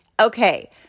Okay